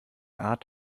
art